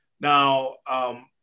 Now